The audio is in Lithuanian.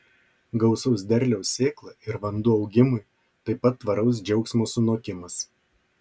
gausaus derliaus sėkla ir vanduo augimui taip pat tvaraus džiaugsmo sunokimas